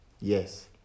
Yes